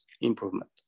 improvement